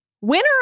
Winner